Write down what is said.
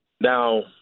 Now